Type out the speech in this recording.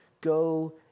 go